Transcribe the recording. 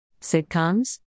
Sitcoms